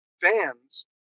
fans